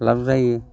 लाब जायो